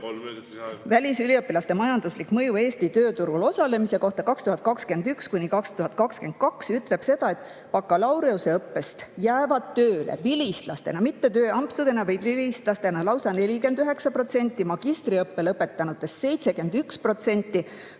"Välisüliõpilaste majanduslik mõju. Eesti tööturul osalemine 2021–2022" ütleb seda, et bakalaureuseõppest jäävad tööle vilistlastena, mitte tööampsudena, vaid vilistlastena lausa 49%, magistriõppe lõpetanutest 71%,